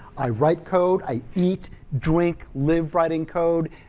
i write code, i eat, drink, live writing code,